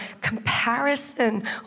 comparison